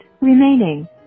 remaining